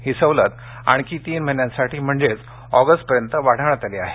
ही सवलत आणखी तीन महिन्यांसाठी म्हणजेच ऑगस्टपर्यंत वाढविण्यात आली आहे